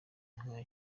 nka